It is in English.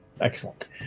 excellent